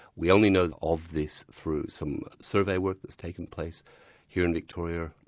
we only know of this through some survey work that's taken place here in victoria,